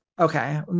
okay